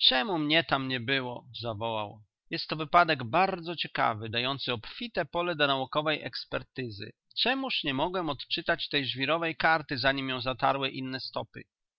czemu mnie tam nie było zawołał jest to wypadek bardzo ciekawy dający obfite pole do naukowej ekspertyzy czemuż nie mogłem odczytać tej żwirowej karty zanim ją zatarły inne stopy